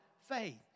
faith